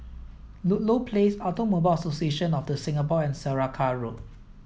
Ludlow Place Automobile Association of the Singapore and Saraca Road